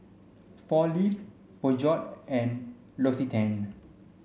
Four Leaves Peugeot and L'Occitane